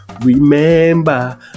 Remember